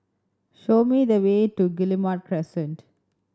show me the way to Guillemard Crescent